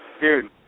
dude